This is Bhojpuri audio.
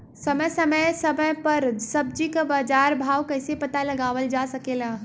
समय समय समय पर सब्जी क बाजार भाव कइसे पता लगावल जा सकेला?